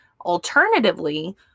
Alternatively